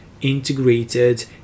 integrated